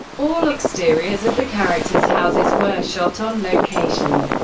all exteriors of the characters' houses were shot on location.